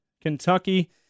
Kentucky